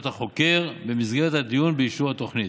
החוקר במסגרת הדיון באישור התוכנית.